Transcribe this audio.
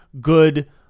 good